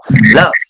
love